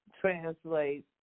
translate